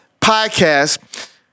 podcast